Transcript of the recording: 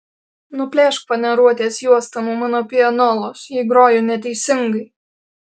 nuplėšk faneruotės juostą nuo mano pianolos jei groju neteisingai